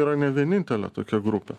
yra ne vienintelė tokia grupė